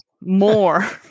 more